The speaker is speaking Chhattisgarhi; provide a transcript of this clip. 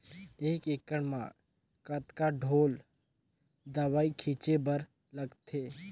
एक एकड़ म कतका ढोल दवई छीचे बर लगथे?